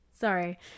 Sorry